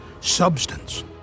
substance